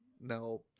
No